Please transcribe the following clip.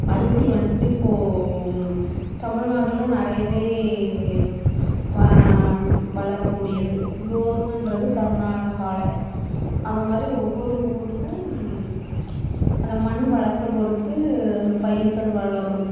அரிசி வந்துட்டு இப்போது தமிழ்நாட்டில் நிறையவே வளரக்கூடியது கோதுமைன்றது கர்நாடகாவில அதை மாதிரி ஒவ்வொரு ஊருக்கும் அந்த மண் வளத்தை பொறுத்து அந்த பயிர்கள் வளரும்